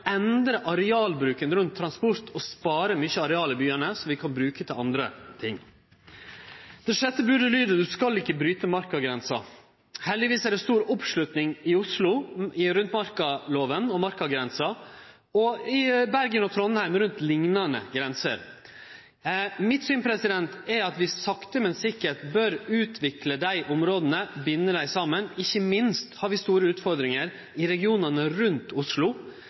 endre arealbruken rundt transport og spare mykje areal som ein kan bruke til andre ting i byane. Det sjette bodet lyder: Du skal ikkje bryte markagrensa. Heldigvis er det stor oppslutning i Oslo rundt markalova og markagrensa, og i Bergen og Trondheim rundt liknande grenser. Mitt syn er at vi sakte, men sikkert bør utvikle dei områda, binde dei saman. Ikkje minst har vi store utfordringar i regionane rundt Oslo